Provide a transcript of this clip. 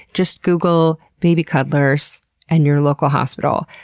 just google baby cuddlers and your local hospital.